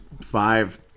five